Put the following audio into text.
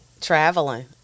traveling